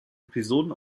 episoden